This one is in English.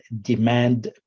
demand